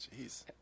Jeez